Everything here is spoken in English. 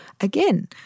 again